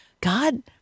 God